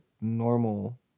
normal